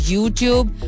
YouTube